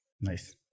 nice